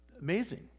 Amazing